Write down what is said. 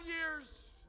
years